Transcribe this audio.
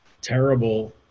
terrible